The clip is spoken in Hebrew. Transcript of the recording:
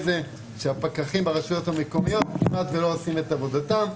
זה שהפקחים ברשויות המקומיות כמעט ולא עושים את עבודתם.